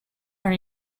are